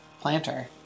planter